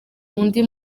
undi